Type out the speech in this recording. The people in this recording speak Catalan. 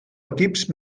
equips